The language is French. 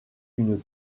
une